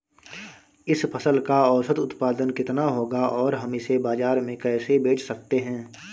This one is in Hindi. इस फसल का औसत उत्पादन कितना होगा और हम इसे बाजार में कैसे बेच सकते हैं?